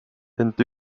ent